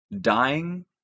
dying